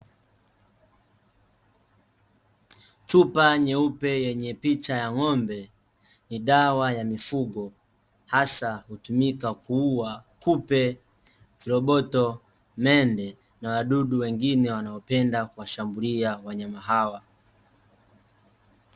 Chupa nyeupe yenye picha ya ng'ombe ni dawa ya mifugo; hasa hutumika kuua kupe, viroboto, mende na wadudu wengine wanaopenda kuwashambulia wanyama hawa.